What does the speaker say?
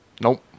Nope